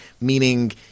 meaning